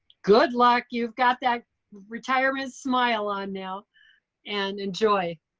good luck, you've got that retirement smile on now and enjoy.